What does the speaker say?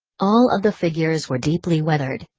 all of the figures were deeply weathered,